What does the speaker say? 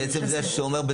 אבל עצם זה שהוא בזום,